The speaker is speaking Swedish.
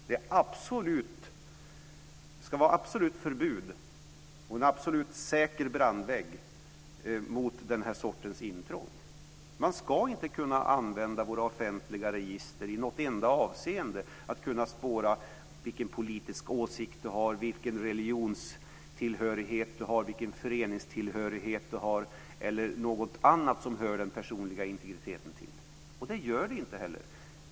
Det ska vara absolut förbud, och en absolut säker brandvägg mot den här sortens intrång. Man ska inte kunna använda våra offentliga register i något enda avseende för att kunna spåra vilken politisk åsikt du har, vilken religionstillhörighet du har, vilken föreningstillhörighet du har eller något annat som hör den personliga integriteten till. Det kan man inte heller.